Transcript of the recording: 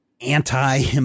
anti